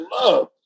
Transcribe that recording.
love